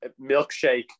milkshake